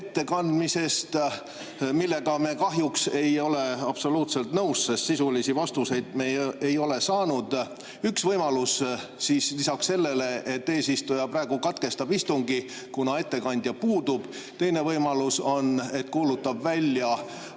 ettekandmisest, millega me kahjuks ei ole absoluutselt nõus, sest sisulisi vastuseid me ei ole saanud. Üks võimalus on see, et eesistuja praegu katkestab istungi, kuna ettekandja puudub. Teine võimalus on, et [eesistuja] kuulutab välja